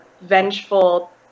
vengeful